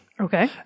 Okay